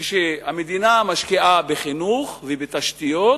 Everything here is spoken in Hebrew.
כשהמדינה משקיעה בחינוך ובתשתיות,